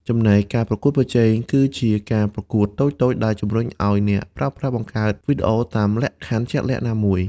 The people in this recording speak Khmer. ចំណែក ការប្រកួតប្រជែង គឺជាការប្រកួតតូចៗដែលជំរុញឱ្យអ្នកប្រើប្រាស់បង្កើតវីដេអូតាមលក្ខខណ្ឌជាក់លាក់ណាមួយ។